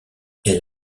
elle